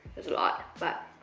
that's a lot but